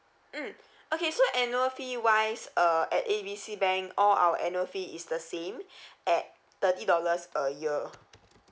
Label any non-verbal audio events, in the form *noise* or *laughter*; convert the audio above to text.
mm *breath* okay so annual fee wise uh at A B C bank all our annual fee is the same *breath* at thirty dollars a year